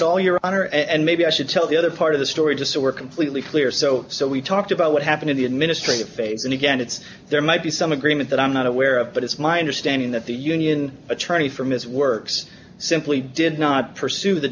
at all your honor and maybe i should tell the other part of the story just so we're completely clear so so we talked about what happened in the administrative phase and again it's there might be some agreement that i'm not aware of but it's my understanding that the union attorney from his works simply did not pursue the